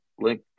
link